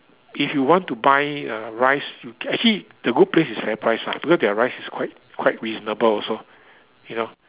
if you want to buy uh rice actually the good place is FairPrice lah because their rice is quite quite reasonable also you know